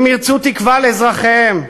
אם ירצו תקווה לאזרחיהם,